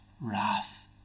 wrath